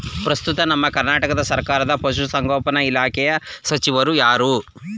ಪ್ರಸ್ತುತ ನಮ್ಮ ಕರ್ನಾಟಕ ಸರ್ಕಾರದ ಪಶು ಸಂಗೋಪನಾ ಇಲಾಖೆಯ ಸಚಿವರು ಯಾರು?